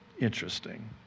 interesting